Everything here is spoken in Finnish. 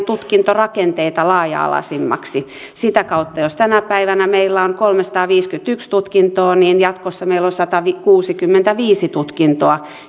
tutkintorakenteita laaja alaisemmiksi sitä kautta jos tänä päivänä meillä on kolmesataaviisikymmentäyksi tutkintoa jatkossa meillä on satakuusikymmentäviisi tutkintoa